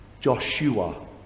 Joshua